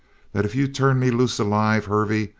that if you turn me loose alive, hervey,